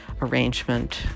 arrangement